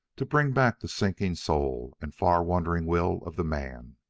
to bring back the sinking soul and far-wandering will of the man.